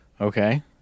Okay